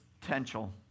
potential